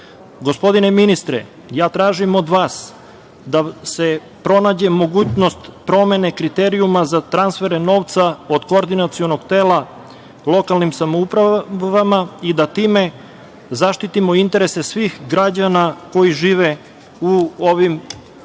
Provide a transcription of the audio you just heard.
godine. Gospodine ministre, ja tražim od vas da se pronađe mogućnost promene kriterijuma za transfere novca od Koordinacionog tela lokalnim samoupravama i da time zaštitimo interese svih građana koji žive u ovim